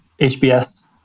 HBS